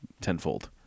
tenfold